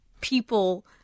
people